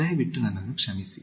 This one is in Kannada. ದಯವಿಟ್ಟು ನನ್ನನ್ನು ಕ್ಷಮಿಸಿ